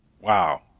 Wow